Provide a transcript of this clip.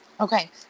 Okay